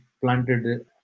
planted